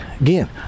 again